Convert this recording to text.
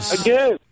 Again